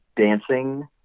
dancing